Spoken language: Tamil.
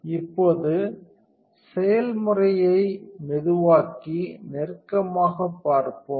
இப்போது செயல்முறையை மெதுவாக்கி நெருக்கமாகப் பார்ப்போம்